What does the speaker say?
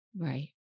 Right